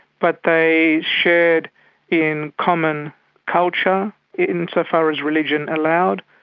but they shared in common culture insofar as religion allowed.